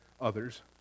others